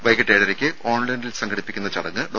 വൈകിട്ട് ഏഴരയ്ക്ക് ഓൺലൈനിൽ സംഘടിപ്പിക്കുന്ന ചടങ്ങ് ഡോ